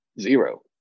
zero